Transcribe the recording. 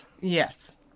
Yes